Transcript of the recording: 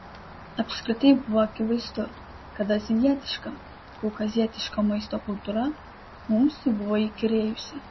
apskritai buvo akivaizdu kad azijietiška kaukazietiška maisto kultūra mums jau buvo įkyrėjusi